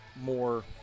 more –